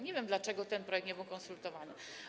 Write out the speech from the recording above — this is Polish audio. Nie wiem, dlaczego ten projekt nie był konsultowany.